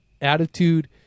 attitude